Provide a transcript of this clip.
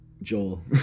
Joel